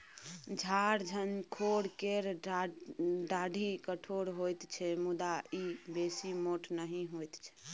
झार झंखोर केर डाढ़ि कठोर होइत छै मुदा ई बेसी मोट नहि होइत छै